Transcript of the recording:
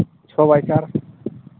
ᱪᱷᱚᱭ ᱵᱟᱭ ᱪᱟᱨ